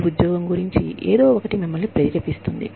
మీ ఉద్యోగం గురించి ఏదో ఒకటి మిమ్మల్ని ప్రేరేపిస్తుంది